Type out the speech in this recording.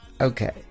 okay